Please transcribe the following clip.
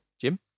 Jim